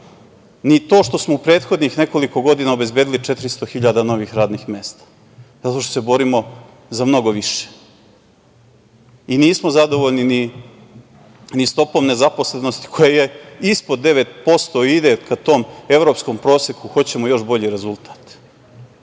ni to što smo u prethodnih nekoliko godina obezbedili 400 hiljada novih radnih mesta zato što se borimo za mnogo više. Nismo zadovoljni ni stopom nezaposlenosti koja je ispod 9% i ide ka tom evropskom proseku, hoćemo još bolji